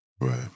right